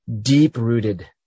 deep-rooted